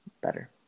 better